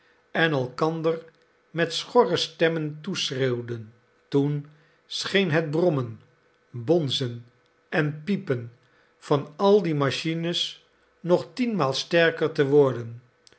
en elkander met schorre stemmen toeschreeuwden toen scheen het brommen bonzen en piepen van al die machines nog tienmaal sterker te worden